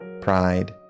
pride